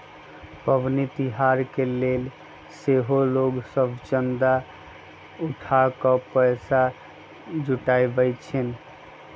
पबनि तिहार के लेल सेहो लोग सभ चंदा उठा कऽ पैसा जुटाबइ छिन्ह